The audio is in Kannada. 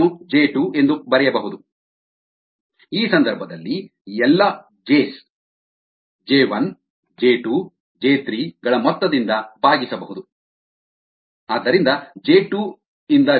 ಇದನ್ನು ಜೆ 2 ಎಂದು ಬರೆಯಬಹುದು ಈ ಸಂದರ್ಭದಲ್ಲಿ ಎಲ್ಲಾ ಜೆಎಸ್ ಜೆ 1 ಜೆ 2 ಜೆ 3 ಗಳ ಮೊತ್ತದಿಂದ ಭಾಗಿಸಬಹುದು